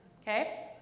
Okay